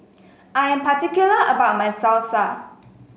I am particular about my Salsa